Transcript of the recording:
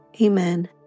Amen